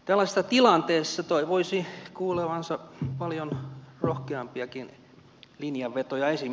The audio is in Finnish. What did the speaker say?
tällaisessa tilanteessa toivoisi kuulevansa paljon rohkeampiakin linjanvetoja